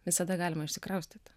visada galima išsikraustyt